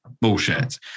bullshit